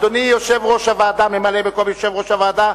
אדוני ממלא-מקום יושב-ראש הוועדה,